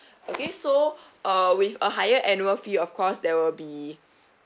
okay so uh with a higher annual fee of course there will be